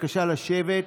בבקשה לשבת.